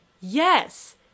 yes